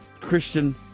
Christian